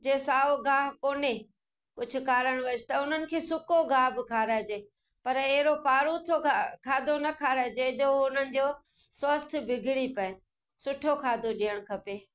जे साओ ॻाहि कोन्हे कुझु कारण वश त उन्हनि खे सुको ॻाहि ब खाराइजे पर अहिड़ो पारुथो ख खाधो न खाराइजे जे उन्हनि जो स्वस्थ्यु बिगड़ी पए सुठो खाधो ॾियणु खपे